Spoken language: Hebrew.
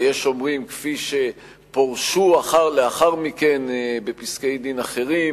ויש אומרים כפי שפורשו לאחר מכן בפסקי-דין אחרים,